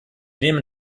nehmen